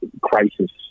crisis